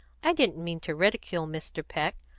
i didn't mean to ridicule mr. peck.